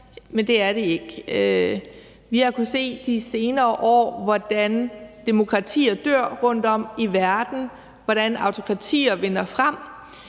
Men det er det ikke. Vi har kunnet se i de senere år, hvordan demokratier dør rundtom i verden, og hvordan autokratier vinder frem.